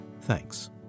Thanks